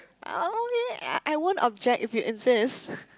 oh okay I I won't object if you insist